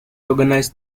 organise